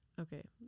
okay